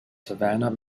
savannah